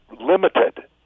limited